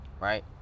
right